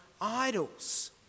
idols